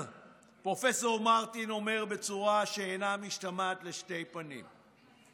פרופסור מרטין אומר בצורה שאינה משתמעת לשתי פנים: